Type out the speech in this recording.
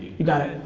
you got it.